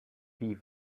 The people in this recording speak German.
wie